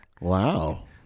Wow